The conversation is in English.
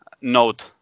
note